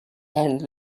and